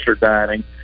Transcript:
dining